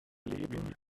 leben